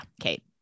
Kate